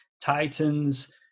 Titans